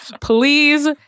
please